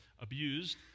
abused